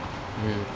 mm